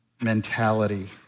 mentality